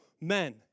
men